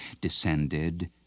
descended